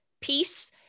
peace